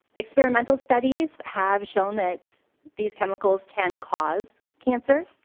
experimental studies have shown that these chemicals can cause cancer.